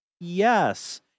yes